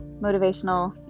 motivational